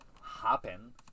happen